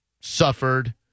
suffered